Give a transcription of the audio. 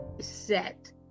set